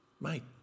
Mate